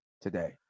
today